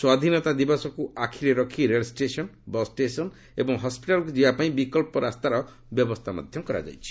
ସ୍ୱାଧୀନତା ଦିବସକୁ ଆଖିରେ ରଖି ରେଳ ଷ୍ଟେସନ୍ ବସ୍ ଷ୍ଟେସନ୍ ଏବଂ ହସ୍ୱିଟାଲ୍କୁ ଯିବା ପାଇଁ ବିକଳ୍ପ ରାସ୍ତାର ବ୍ୟବସ୍ଥା ମଧ୍ୟ କରାଯାଇଛି